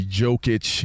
jokic